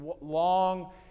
long